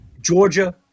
georgia